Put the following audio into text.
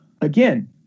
again